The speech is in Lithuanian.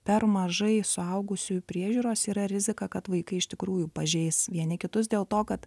per mažai suaugusiųjų priežiūros yra rizika kad vaikai iš tikrųjų pažeis vieni kitus dėl to kad